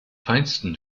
feinsten